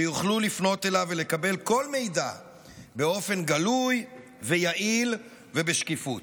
שיוכלו לפנות אליו ולקבל כל מידע באופן גלוי ויעיל ובשקיפות.